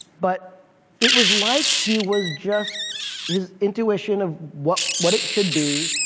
but it was like he was just his intuition of what what it should be,